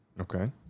Okay